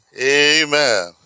Amen